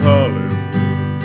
Hollywood